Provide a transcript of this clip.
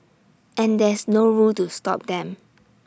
and there's no rule to stop them